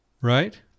right